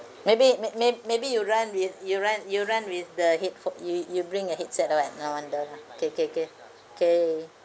maybe may~ may~ maybe you run with you run you run with the head pho~ you you you bring a headset or what no wonder lah K K K K